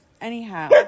Anyhow